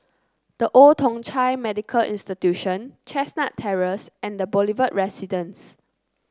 The Old Thong Chai Medical Institution Chestnut Terrace and The Boulevard Residence